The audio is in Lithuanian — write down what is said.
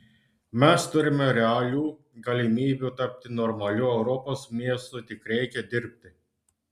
mes turime realių galimybių tapti normaliu europos miestu tik reikia dirbti